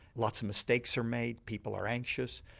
lots of mistakes are made, people are anxious?